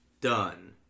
Done